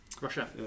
Russia